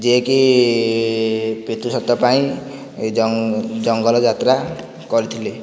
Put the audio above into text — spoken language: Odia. ଯିଏକି ପିତୃ ସତ୍ୟ ପାଇଁ ଜଙ୍ଗଲ ଯାତ୍ରା କରିଥିଲେ